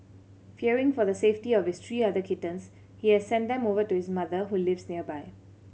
fearing for the safety of his three other kittens he has sent them over to his mother who lives nearby